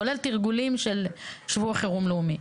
כולל תרגולים של שבוע חירום לאומי.